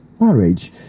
marriage